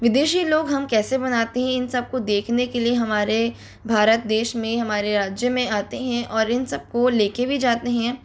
विदेशी लोग हम कैसे बनाते हैं इन सबको देखने के लिए हमारे भारत देश में हमारे राज्य में आते हैं और इन सबको लेके भी जाते हैं